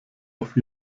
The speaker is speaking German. auf